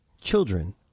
children